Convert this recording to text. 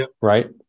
right